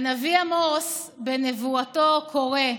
הנביא עמוס בנבואתו קורא: